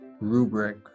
rubric